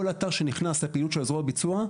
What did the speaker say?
כל אתר שנכנס לפעילות של הזרוע ביצוע,